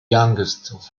youngest